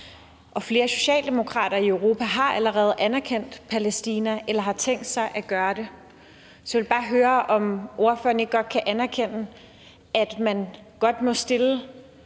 Flere Socialdemokrater i Europa har allerede anerkendt Palæstina eller har tænkt sig at gøre det, så jeg vil bare høre, om ordføreren ikke godt kan anerkende, at man kommer